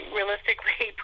Realistically